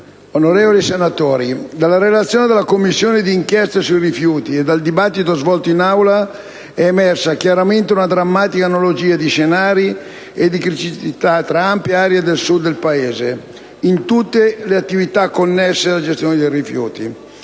onorevoli senatori, dalla relazione della Commissione d'inchiesta sul ciclo dei rifiuti e dal dibattito svolto in Aula è emersa chiaramente una drammatica analogia di scenari e di criticità tra ampie aree del Sud del Paese in tutte le attività connesse alla gestione dei rifiuti.